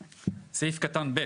סעיף קטן (ב).